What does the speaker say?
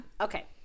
Okay